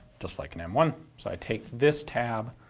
just like an m one. so i take this tab,